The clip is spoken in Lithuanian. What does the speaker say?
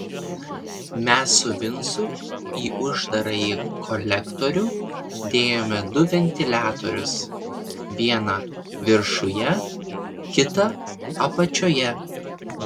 mes su vincu į uždarąjį kolektorių dėjome du ventiliatorius vieną viršuje kitą apačioje